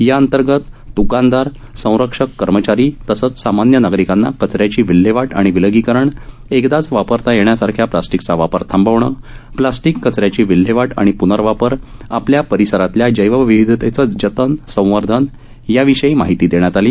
याअंतर्गत द्कानदार संरक्षक कर्मचारी तसंच सामान्य नागरिकांना कचऱ्याची विल्हेवाट आणि विलगीकर एकदाच वापरता येण्यासारख्या प्लास्टिकचा वापर थांबवणं प्लास्टिक कचऱ्याची व्लिहेवाट आणि प्नर्वापर आपल्या परिसरातल्या जैवविवधतेचं जतन संवर्धन याविषयी माहिती देण्यात आली